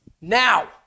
now